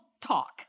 talk